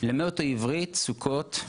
ללמד אותו עברית, סוכות,